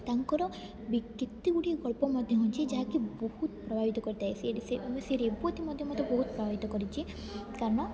ତାଙ୍କର ବି କେତେ ଗୁଡ଼ିଏ ଗଳ୍ପ ମଧ୍ୟ ଅଛି ଯାହାକି ବହୁତ ପ୍ରଭାବିତ କରିଥାଏ ସେ ରେବତୀ ମଧ୍ୟ ବହୁତ ପ୍ରଭାବିତ କରିଛି କାରଣ